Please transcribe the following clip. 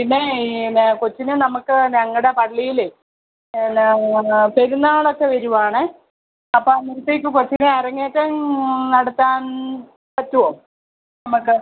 പിന്നെ പിന്നെ കൊച്ചിനെ നമുക്ക് ഞങ്ങളുടെ പള്ളിയിൽ പിന്നെ പെരുന്നാളൊക്കെ വരുവാണേ അപ്പോൾ അന്നരത്തേക്ക് കൊച്ചിന് അരങ്ങേറ്റം നടത്താൻ പറ്റുമോ നമുക്ക്